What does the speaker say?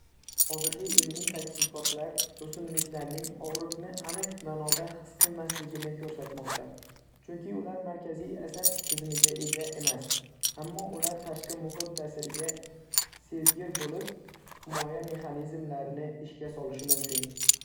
Hozirgi ilmiy tadqiqotlar o‘simliklarning og‘riqni aniq ma’noda his qilmasligini ko‘rsatmoqda, chunki ular markaziy asab tizimiga ega emas. Ammo ular tashqi muhit ta’siriga sezgir bo‘lib, himoya mexanizmlarini ishga solishi mumkin.